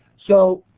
so,